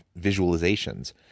visualizations